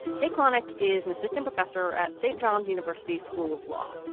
kate clonic is an assistant professor at st. john's university's school of law.